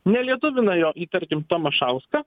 nelietuvina jo į tarkim tamašauską